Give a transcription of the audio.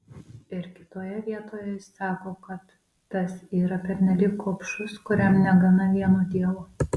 ir kitoje vietoje jis sako kad tas yra pernelyg gobšus kuriam negana vieno dievo